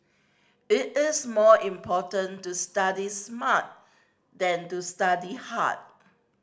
it is more important to study smart than to study hard